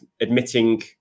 admitting